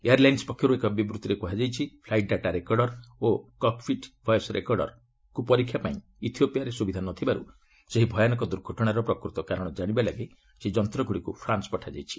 airlines ପକ୍ଷରୁ ଏକ ବିବୃତ୍ତିରେ କୁହାଯାଇଛି ଫ୍ଲାଇଟ୍ ଡାଟା ରେକର୍ଡର୍ ଏଫ୍ଡିଆର୍ ଓ କକ୍ପିଟ୍ ଭଏସ୍ ରେକର୍ଡର୍ ସିଭିଆର୍କୁ ପରୀକ୍ଷା କରିବା ପାଇଁ ଇଥିଓପିଆରେ ସୁବିଧା ନଥିବାରୁ ସେହି ଭୟାନକ ଦୁର୍ଘଟଣାର ପ୍ରକୃତ କାରଣ ଜାଣିବା ଲାଗି ସେହି ଯନ୍ତଗୁଡ଼ିକୁ ଫ୍ରାନ୍ୱ ପଠାଯାଇଛି